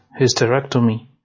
hysterectomy